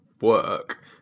work